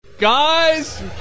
Guys